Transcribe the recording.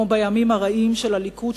כמו בימים הרעים של הליכוד,